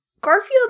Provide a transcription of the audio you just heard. Garfield